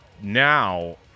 now